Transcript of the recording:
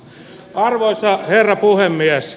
arvoisa herra puhemies